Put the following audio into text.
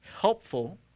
Helpful